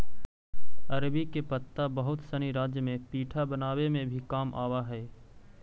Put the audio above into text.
अरबी के पत्ता बहुत सनी राज्य में पीठा बनावे में भी काम आवऽ हई